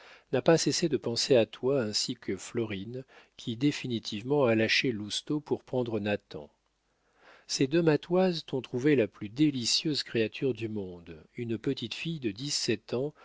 n'a pas cessé de penser à toi ainsi que florine qui définitivement a lâché lousteau pour prendre nathan ces deux matoises t'ont trouvé la plus délicieuse créature du monde une petite fille de dix-sept ans